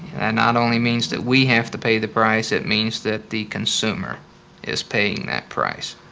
and not only means that we have to pay the price, it means that the consumer is paying that price.